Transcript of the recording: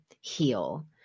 heal